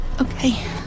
Okay